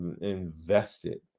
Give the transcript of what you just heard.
invested